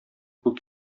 күк